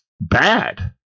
bad